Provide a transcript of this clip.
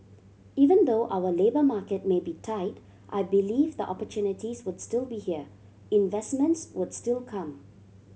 even though our labour market may be tight I believe the opportunities would still be here investments would still come